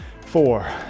four